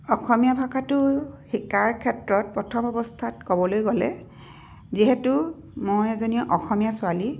অসমীয়া ভাষাটো শিকাৰ ক্ষেত্ৰত প্ৰথম অৱস্থাত ক'বলৈ গ'লে যিহেতু মই এজনী অসমীয়া ছোৱালী